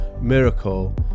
miracle